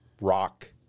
rock